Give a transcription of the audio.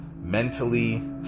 mentally